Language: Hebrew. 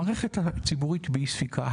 המערכת הציבורית באי ספיקה,